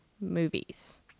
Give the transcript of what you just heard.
movies